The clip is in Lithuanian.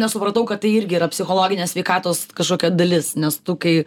nesupratau kad tai irgi yra psichologinės sveikatos kažkokia dalis nes tu kai